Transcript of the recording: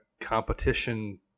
competition